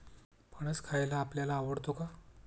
फणस खायला आपल्याला आवडतो का?